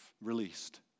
released